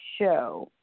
show